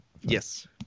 Yes